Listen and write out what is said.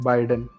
Biden